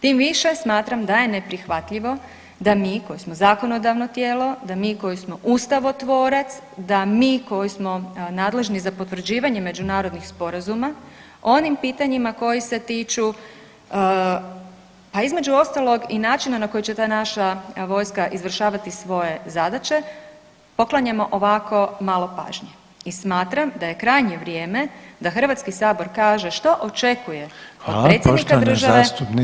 Tim više smatram da je neprihvatljivo da mi, koji smo zakonodavno tijelo, da mi koji smo ustavotvorac, da mi koji smo nadležni za potvrđivanje međunarodnih sporazuma, onim pitanjima koji se tiču, pa između ostalog, i načina na koji će ta naša vojska izvršavati svoje zadaće, poklanjamo ovako malo pažnje i smatram da Hrvatski sabor kaže što očekuje od predsjednika države